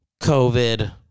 COVID